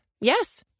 Yes